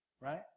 right